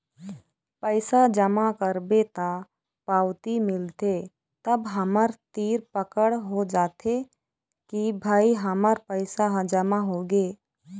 पइसा जमा करबे त पावती मिलथे तब हमर तीर पकड़ हो जाथे के भई हमर पइसा ह जमा होगे